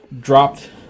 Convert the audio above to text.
dropped